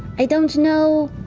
i don't know.